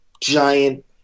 giant